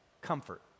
comfort